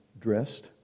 dressed